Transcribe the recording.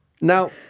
Now